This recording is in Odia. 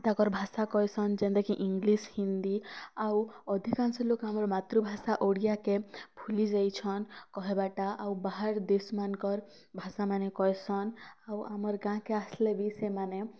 ତାଙ୍କର୍ ଭାଷା କହିସନ୍ ଯେନ୍ତା କି ଇଂଲିଶ ହିନ୍ଦୀ ଆଉ ଅଧିକାଂଶ ଲୋକ୍ ଆମର୍ ମାତୃଭାଷା ଓଡିଆ କେ ଭୁଲି ଯାଇଛନ୍ କହିବାଟା ଆଉ ବାହାର୍ ଦେଶମାନଙ୍କର୍ ଭାଷା ମାନେ କହେସନ୍ ଆଉ ଆମର୍ ଗାଁ କେ ଆସଲେ ବି ସେମାନେ